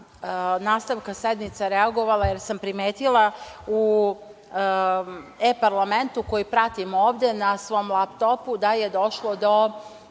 nastavka sednice reagovala, jer sam primetila u e-parlamentu koji pratim ovde na svom lap topu da je došlo do